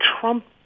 Trump